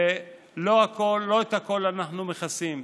ולא את הכול אנחנו מכסים.